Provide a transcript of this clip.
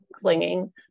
clinging